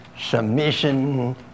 submission